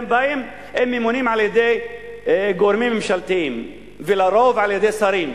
הם ממונים על-ידי גורמים ממשלתיים ולרוב על-ידי שרים.